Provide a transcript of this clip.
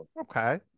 Okay